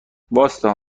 واستا